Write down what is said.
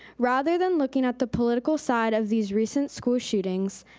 rather than looking at the political side of these recent school shootings,